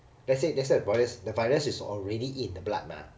let's say let's say the virus the virus is already in the blood mah